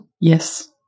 Yes